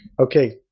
Okay